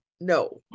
no